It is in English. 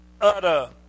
utter